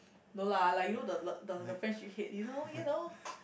no lah like you know the the the friends you hate you know you know